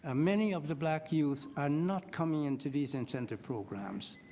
ah many of the black youth are not comeing into these incentive programs.